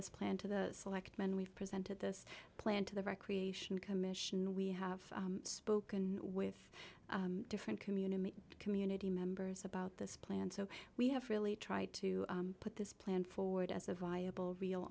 this plan to the selectmen we've presented this plan to the recreation commission we have spoken with different community community members about this plan so we have really tried to put this plan forward as a viable real